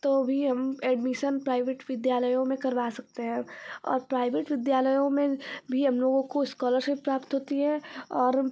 तो भी हम एडमीसन प्राइवेट विद्यालयों में करवा सकते हैं और प्राइवेट विद्यालयों में भी हम लोगों को इस्कॉलरशिप प्राप्त होती है और